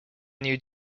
new